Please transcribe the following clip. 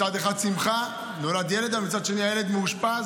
מצד אחד שמחה על שנולד ילד אבל מצד שני הילד מאושפז,